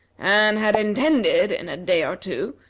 and had intended, in a day or two,